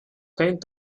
paint